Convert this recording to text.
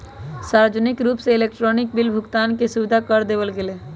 सार्वजनिक रूप से इलेक्ट्रॉनिक बिल भुगतान के सुविधा कर देवल गैले है